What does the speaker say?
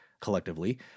collectively